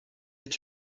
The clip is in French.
est